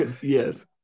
Yes